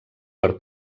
per